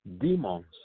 demons